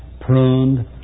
pruned